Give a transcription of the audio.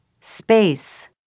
Space